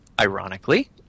ironically